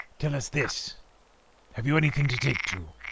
tell us this have you anything to take to?